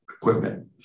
equipment